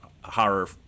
horror